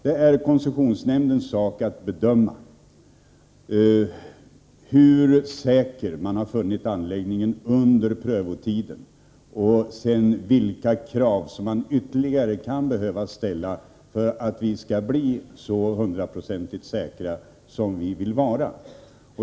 Det är koncessionsnämndens sak att bedöma hur säker anläggningen befunnits vara under prövotiden och vilka ytterligare krav som man kan behöva ställa för att vi skall bli så hundraprocentigt säkra som vi vill vara.